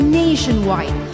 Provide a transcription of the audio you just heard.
nationwide